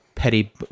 petty